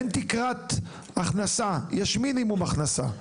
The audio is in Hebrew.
אין תקרת הכנסה, יש מינימום הכנסה.